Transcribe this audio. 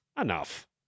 Enough